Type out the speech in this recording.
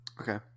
Okay